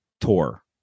tour